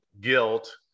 guilt